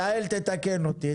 יעל תתקן אותי.